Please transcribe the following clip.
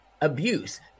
Abuse